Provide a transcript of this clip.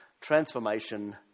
transformation